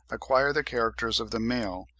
acquire the characters of the male,